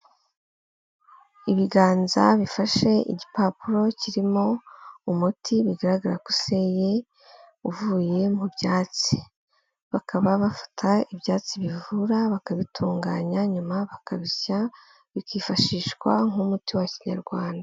Ibiganza bifashe igipapuro kirimo umuti bigaragara ko useye uvuye mu byatsi. Bakaba bafata ibyatsi bivura bakabitunganya nyuma bakabisya bikifashishwa nk'umuti wa kinyarwanda.